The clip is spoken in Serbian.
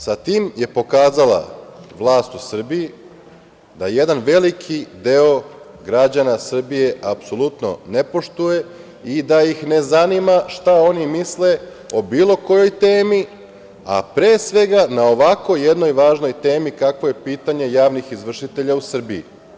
Sa tim je pokazala vlast u Srbiji da jedan veliki deo građana Srbije apsolutno ne poštuje i da ih ne zanima šta oni misle o bilo kojoj temi, a pre svega na ovako jednoj važnoj temi, kakvo je pitanje javnih izvršitelja u Srbiji.